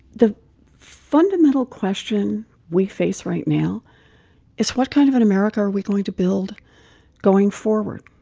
the fundamental question we face right now is, what kind of an america are we going to build going forward?